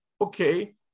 Okay